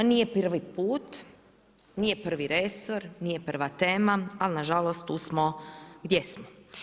Nije prvi put, nije prvi resor, nije prva tema ali na žalost tu smo gdje smo.